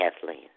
Kathleen